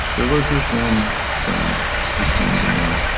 there was this one friend who came to me,